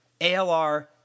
ALR